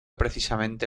precisamente